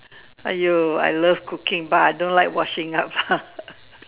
!aiyo! I love cooking but I don't like washing up